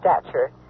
stature